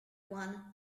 one